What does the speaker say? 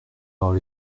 parole